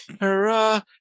Hurrah